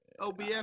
OBS